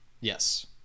Yes